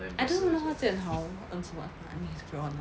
I don't even know how jian hao earn with his restaurant